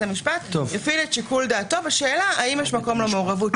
המשפט יפעיל את שיקול דעתו בשאלה האם יש מקום למעורבות.